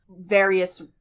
various